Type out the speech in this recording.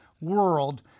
world